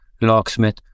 locksmith